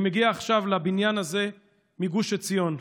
אני מגיע עכשיו לבניין הזה מגוש עציון,